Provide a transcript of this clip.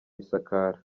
isakara